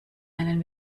einen